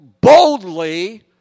boldly